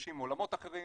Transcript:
ונפגשים עם עולמות אחרים